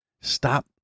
stop